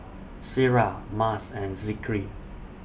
Syirah Mas and Zikri